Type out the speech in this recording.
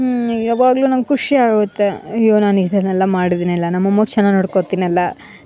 ಯಾವಾಗಲೂ ನಂಗ ಖುಷಿ ಆಗುತ್ತೆ ಅಯ್ಯೋ ನಾನು ಇದನೆಲ್ಲ ಮಾಡಿದಿನಲ್ಲ ನಮ್ಮಮ್ಮಾಗ ಚೆನ್ನಾಗಿ ನೋಡ್ಕೊತಿನಲ್ಲ